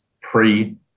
pre